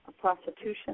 prostitution